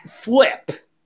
flip